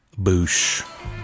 Boosh